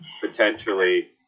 potentially